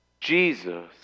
Jesus